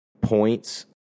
points